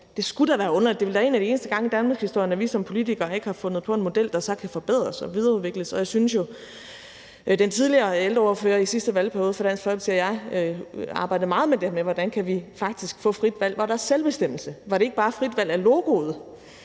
Det skulle da være underligt. Det ville da være en af de eneste gange i danmarkshistorien, at vi som politikere ikke har fundet på en model, der så kan forbedres og videreudvikles, og jeg synes jo, at den tidligere ældreordfører, i sidste valgperiode, for Dansk Folkeparti og jeg arbejdede meget med det her med, hvordan vi faktisk kan få frit valg, hvor der er selvbestemmelse, hvor det ikke bare er frit valg af logoet